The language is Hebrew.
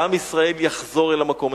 שעם ישראל יחזור אל המקום.